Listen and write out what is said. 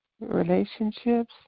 relationships